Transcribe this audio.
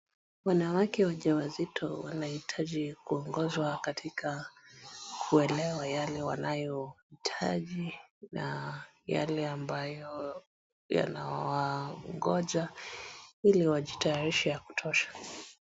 Wanawake wajawazito wanahitaji kuongozwa katika kuelewa yale wanayohitaji na yale ambayo yanawangoja ili wajitayarishe ya kutosha.